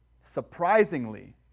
surprisingly